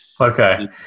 Okay